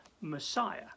Messiah